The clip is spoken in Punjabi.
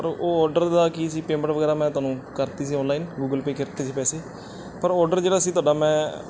ਪਰ ਉਹ ਔਡਰ ਦਾ ਕੀ ਸੀ ਪੇਮੈਂਟ ਵਗੈਰਾ ਮੈਂ ਤੁਹਾਨੂੰ ਕਰਤੀ ਸੀ ਔਨਲਾਈਨ ਗੂਗਲ ਪੇਅ ਕਰਤੇ ਸੀ ਪੈਸੇ ਪਰ ਔਡਰ ਜਿਹੜਾ ਸੀ ਤੁਹਾਡਾ ਮੈਂ